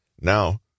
Now